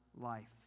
life